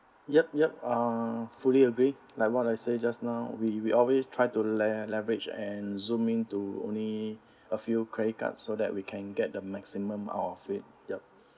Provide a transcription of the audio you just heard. yup yup uh fully agree like what I said just now we we always try to le~ leverage and zoom in to only a few credit cards so that we can get the maximum out of it yup